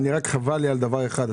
חבל לי על דבר אחד.